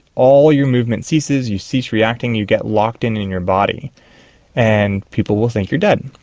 all your movement ceases, you cease reacting, you get locked in in your body and people will think you're dead.